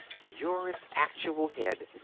you're its actual head.